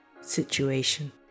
situation